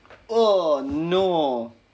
oh no